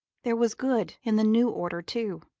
there was good in the new order too.